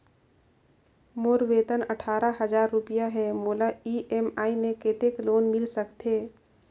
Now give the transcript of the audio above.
मोर वेतन अट्ठारह हजार रुपिया हे मोला ई.एम.आई मे कतेक लोन मिल सकथे?